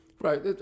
Right